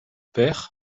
père